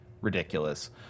ridiculous